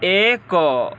ଏକ